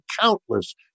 countless